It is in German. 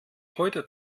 heute